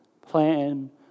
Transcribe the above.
plan